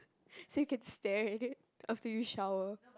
so you can stare at it after you shower